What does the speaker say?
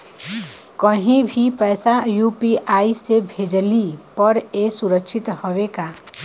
कहि भी पैसा यू.पी.आई से भेजली पर ए सुरक्षित हवे का?